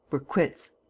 we're quits.